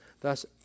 thus